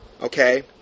Okay